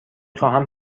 خواهم